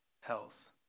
health